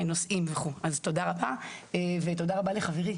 תודה רבה לך ותודה רבה לחברי